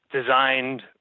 designed